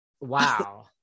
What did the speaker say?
Wow